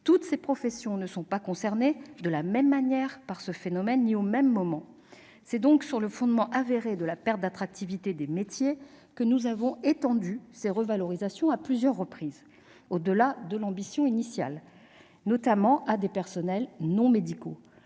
Toutes les professions ne sont pas concernées de la même manière par ce phénomène ni au même moment. C'est donc sur le fondement avéré de la perte d'attractivité des métiers que nous avons étendu à plusieurs reprises les revalorisations prévues, au-delà de l'ambition initiale, notamment à des personnels non médicaux.